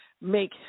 make